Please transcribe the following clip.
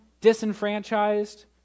disenfranchised